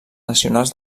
nacionals